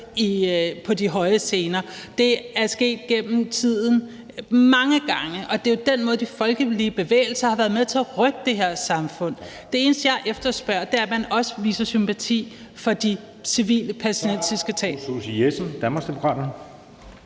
på de høje scener. Det er sket mange gange gennem tiden, og det er jo den måde, de folkelige bevægelser har været med til at rykke det her samfund. Det eneste, jeg efterspørger, er, at man også viser sympati for de civile palæstinensiske tab.